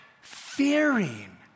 fearing